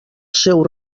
seu